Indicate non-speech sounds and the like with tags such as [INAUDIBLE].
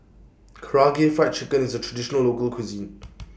Karaage Fried Chicken IS A Traditional Local Cuisine [NOISE]